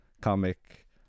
comic